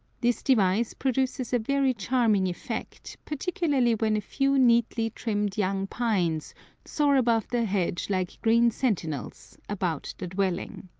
this device produces a very charming effect, particularly when a few neatly trimmed young pines soar above the hedge like green sentinels about the dwelling.